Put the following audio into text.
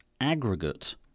aggregate